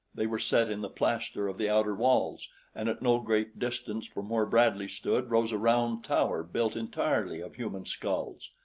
they were set in the plaster of the outer walls and at no great distance from where bradley stood rose a round tower built entirely of human skulls.